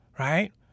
Right